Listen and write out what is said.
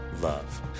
love